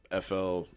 FL